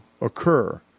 occur